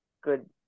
good